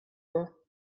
were